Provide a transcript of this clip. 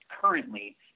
currently